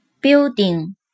Building